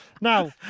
Now